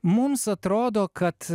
mums atrodo kad